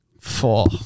Four